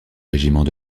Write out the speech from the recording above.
régiments